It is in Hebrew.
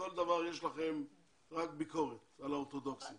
כל דבר יש לכם רק ביקורת על האורתודוקסים.